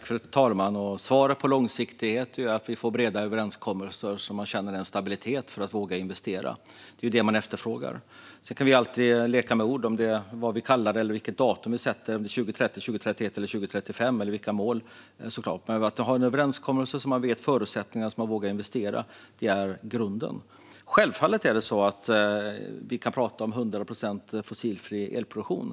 Fru talman! Svaret på önskemålen om långsiktighet är att vi får till breda överenskommelser så att man känner stabilitet och vågar investera. Det är det man efterfrågar. Sedan kan vi alltid leka med ord om vad vi kallar det, vilket datum vi sätter - om det är 2030, 2031 eller 2035 - och vilka mål. Men att vi har en överenskommelse så att man vet förutsättningarna och vågar investera är grunden. Självfallet kan vi prata om 100 procent fossilfri elproduktion.